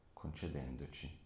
concedendoci